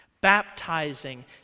Baptizing